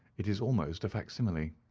it is almost a facsimile.